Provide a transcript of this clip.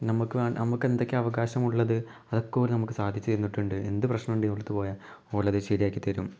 നമുക്ക് നമുക്ക് എന്തൊക്കെയാണ് അവകാശമുള്ളത് അതൊക്കെ അവർ നമുക്ക് സാധിച്ച് തന്നിട്ടുണ്ട് എന്ത് പ്രശ്നം ഉണ്ടേലും ഇവരുടെ അടുത്ത് പോയാൽ അവരത് ശരിയാക്കി തരും